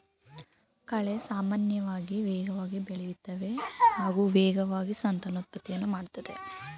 ಕಳೆ ಸಾಮಾನ್ಯವಾಗಿ ವೇಗವಾಗಿ ಬೆಳೆಯುತ್ತವೆ ಹಾಗೂ ವೇಗವಾಗಿ ಸಂತಾನೋತ್ಪತ್ತಿಯನ್ನು ಮಾಡ್ತದೆ